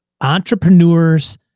entrepreneurs